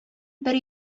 бер